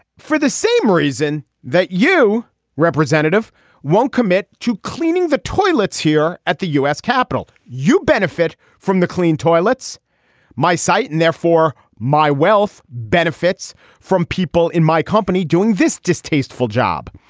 for the same reason that you representative won't commit to cleaning the toilets here at the u s. capital. you benefit from the clean toilets my site and therefore my wealth benefits from people in my company doing this distasteful job.